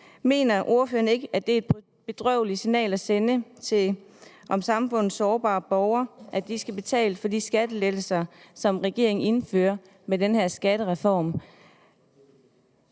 Mener ordføreren ikke, at det er et bedrøveligt signal at sende til samfundets sårbare borgere, at de skal betale for de skattelettelser, som regeringen indfører med den her skattereform?